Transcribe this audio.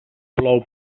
plou